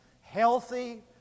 healthy